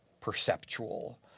perceptual